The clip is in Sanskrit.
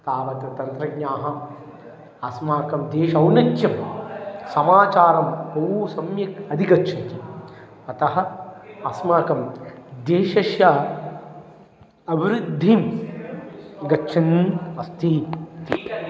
तावत् तन्त्रज्ञाः अस्माकं देशौन्नत्यं समाचारं बहु सम्यक् अधिगच्छन्ति अतः अस्माकं देशस्य अभिवृद्धिं गच्छन् अस्ति